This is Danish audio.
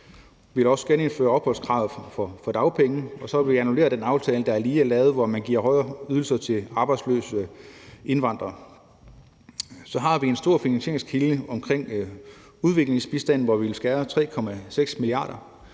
vi vil også genindføre opholdskravet i forhold til dagpengene, og så vil vi annullere den aftale, der lige er lavet, og som medfører højere ydelser til arbejdsløse indvandrere. Vi har en stor finansieringskilde i udviklingsbistanden, hvor vi vil skære 3,6 mia. kr.